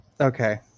okay